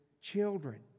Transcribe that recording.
children